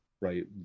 right